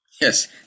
Yes